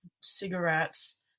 cigarettes